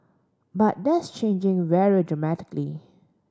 but that's changing very dramatically